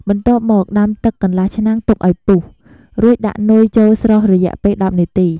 បន្ទាប់មកដាំទឹកកន្លះឆ្នាំងទុកឱ្យពុះ រួចដាក់នុយចូលស្រុះរយៈពេល១០នាទី។